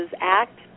Act